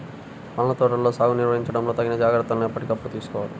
పండ్ల తోటల సాగుని నిర్వహించడంలో తగిన జాగ్రత్తలను ఎప్పటికప్పుడు తీసుకోవాలి